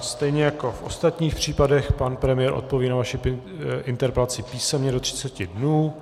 Stejně jako v ostatních případech, pan premiér odpoví na vaši interpelaci písemně do 30 dnů.